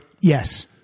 Yes